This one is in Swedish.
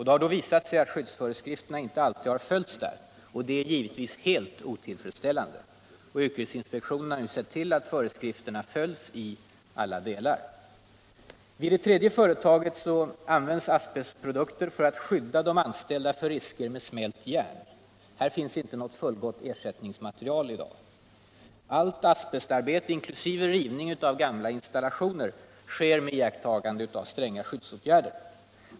Det har visat sig att skyddsföreskrifterna inte alltid har följts vid sådana arbeten. Det är givetvis helt otillfredsställande. Yrkesinspektionen har nu sett till att föreskrifterna följs. Vid det tredje företaget används asbestprodukter för att skydda de anställda mot risker med smält järn. För det ändamålet finns inte något fullgott ersättningsmaterial i dag. Allt asbestarbete, inkl. rivning av gamla installationer, sker med stränga skyddsåtgärder.